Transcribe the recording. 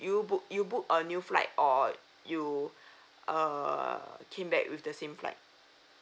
you book you book a new flight or you err came back with the same flight